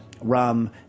rum